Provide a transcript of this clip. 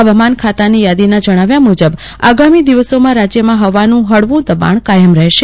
હવામાન ખાતાની યાદીના જજ્ઞાવ્યા મુજબ આગામી દિવસોમાં રાજ્યમાં હવાનું હળવું દબાજ્ઞ કાયમ રહેશે